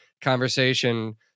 conversation